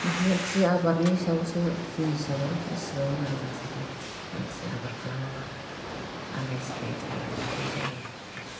मानसि आबादनि सायावसो जिनिसाबो गासिबो मोजां जाजोबो मानसिया आबाद खालामाबा आलाय सिलाय जालां जोबनाय जायो